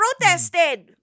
protested